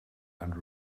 and